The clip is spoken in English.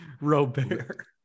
Robert